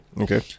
okay